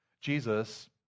Jesus